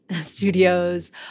studios